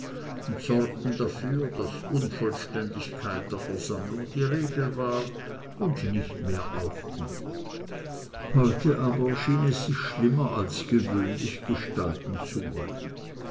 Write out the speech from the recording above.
und sorgten dafür daß unvollständigkeit der versammlung die regel war und nicht mehr auffiel heute aber schien es sich schlimmer als gewöhnlich gestalten zu wollen